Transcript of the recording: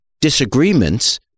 disagreements